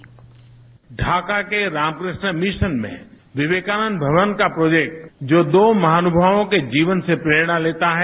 bite Dhaka के Ramakrishna Mission में विवेकानंद भवन का प्रोजेक्ट जो दो महानुभावों के जीवन से प्रेरणा लेता हैं